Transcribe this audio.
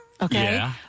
Okay